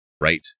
right